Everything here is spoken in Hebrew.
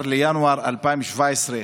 בבקשה.